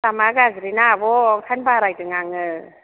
लामाया गाज्रि ना आब' ओंखायनो बारायदों आङो